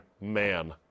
man